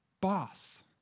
boss